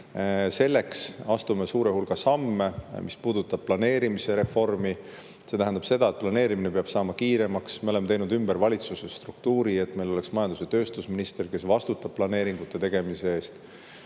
Selleks astume suure hulga samme. Mis puudutab näiteks planeerimisreformi, siis see tähendab seda, et planeerimine peab saama kiiremaks. Oleme teinud ümber valitsuse struktuuri, et meil oleks majandus- ja tööstusminister, kes vastutab planeeringute tegemise eest.